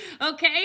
okay